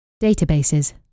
Databases